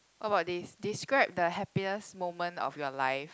what bout this describe the happiest moment of your life